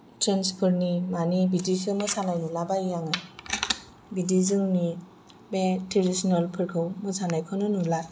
ट्रेन्डसफोरनि मानि बिदिसो मोसानाय नुलाबायो आङो बिदि जोंनि बे ट्रेडिसनेलफोरखौ मोसानायखौनो नुला